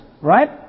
Right